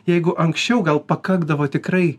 jeigu anksčiau gal pakakdavo tikrai